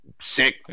sick